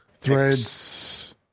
Threads